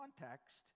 context